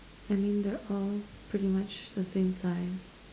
I mean they're all pretty much the same size